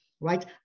right